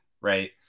right